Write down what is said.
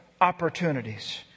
opportunities